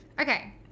Okay